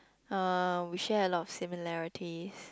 um we share a lot of similarities